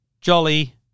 Jolly